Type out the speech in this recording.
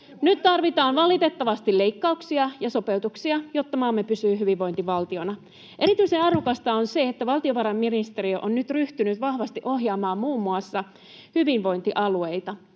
Nyt tarvitaan valitettavasti leikkauksia ja sopeutuksia, jotta maamme pysyy hyvinvointivaltiona. Erityisen arvokasta on se, että valtiovarainministeriö on nyt ryhtynyt vahvasti ohjaamaan muun muassa hyvinvointialueita.